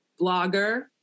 blogger